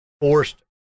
forced